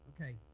Okay